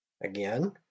Again